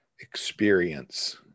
experience